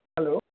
hello